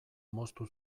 moztu